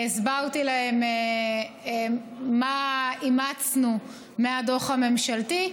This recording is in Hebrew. הסברתי להן מה אימצנו מהדוח הממשלתי.